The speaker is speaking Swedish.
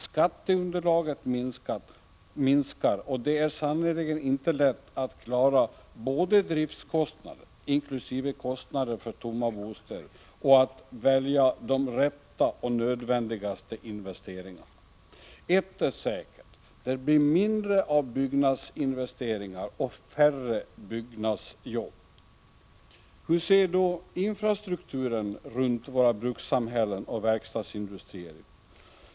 Skatteunderlaget minskar, och det är sannerligen inte lätt att både klara driftskostnader — inkl. kostnader för tomma bostäder — och välja de rätta och nödvändigaste investeringarna. Ett är säkert: det blir mindre av byggnadsinvesteringar och färre byggnadsjobb. Hur ser då infrastrukturen runt våra brukssamhällen och verkstadsindustrier ut?